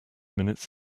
minutes